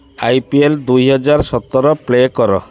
I P L ଦୁଇ ହଜାର ସତର ପ୍ଲେ କର